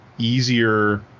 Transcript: easier